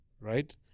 right